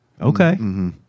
Okay